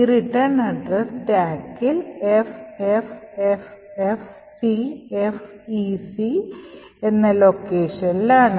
ഈ return address സ്റ്റാക്കിൽ FFFFCFEC എന്ന ലൊക്കേഷനിലാണ്